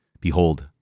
Behold